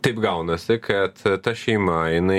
taip gaunasi kad ta šeima jinai